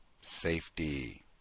safety